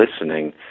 listening